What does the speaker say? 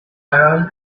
around